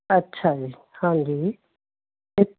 ਅੱਛਾ ਜੀ ਹਾਂਜੀ